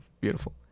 Beautiful